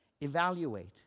evaluate